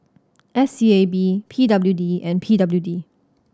S E A B P W D and P W D